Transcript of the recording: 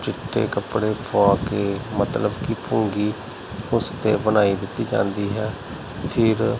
ਚਿੱਟੇ ਕੱਪੜੇ ਪਵਾ ਕੇ ਮਤਲਬ ਕਿ ਭੂੰਗੀ ਉਸ 'ਤੇ ਬਨਾਈ ਦਿੱਤੀ ਜਾਂਦੀ ਹੈ ਫਿਰ